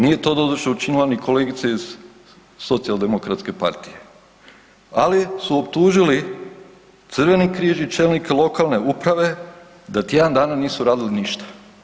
Nije to doduše učinila ni kolegica iz socijaldemokratske partije, ali su optužili Crveni križ i čelnike i lokalne uprave da tjedan dana nisu radili ništa.